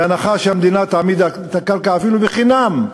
בהנחה שהמדינה תעמיד את הקרקע אפילו בחינם,